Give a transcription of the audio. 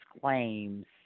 claims